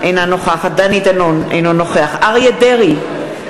אינה נוכחת דני דנון, אינו נוכח אריה דרעי,